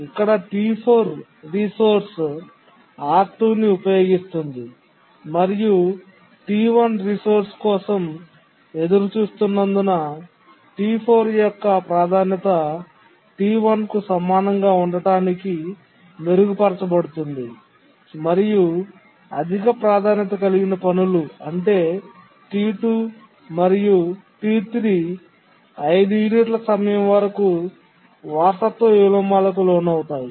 ఇక్కడ T4 resource R2 ని ఉపయోగిస్తోంది మరియు T1 రిసోర్స్ కోసం ఎదురుచూస్తున్నందున T4 యొక్క ప్రాధాన్యత T1 కు సమానంగా ఉండటానికి మెరుగుపరచబడుతుంది మరియు అధిక ప్రాధాన్యత కలిగిన పనులు అంటే T2 మరియు T3 5 యూనిట్ల సమయం వరకు వారసత్వ విలోమాలకు లోనవుతాయి